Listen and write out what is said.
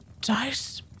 Dice